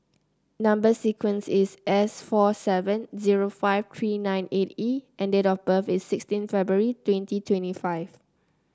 number sequence is S four seven zero five three nine eight E and date of birth is sixteen February twenty twenty five